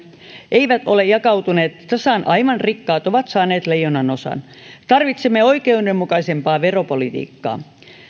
eivät ole jakautuneet tasan vaan rikkaat ovat saaneet leijonanosan tarvitsemme oikeudenmukaisempaa veropolitiikkaa